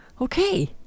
Okay